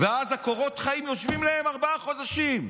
ואז קורות החיים יושבים להם ארבעה חודשים.